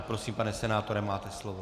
Prosím, pane senátore, máte slovo.